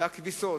הכביסות,